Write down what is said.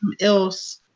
else